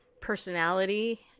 personality